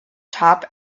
top